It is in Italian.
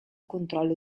controllo